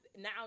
now